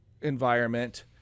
environment